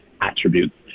attributes